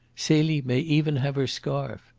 celie may even have her scarf,